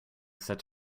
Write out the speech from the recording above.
such